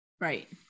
Right